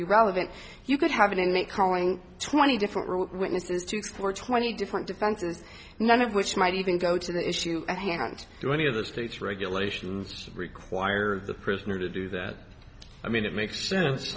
be relevant you could have an inmate calling twenty different witnesses to explore twenty different defenses none of which might even go to the issue at hand do any of the state's regulations require the prisoner to do that i mean it makes sense